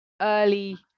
early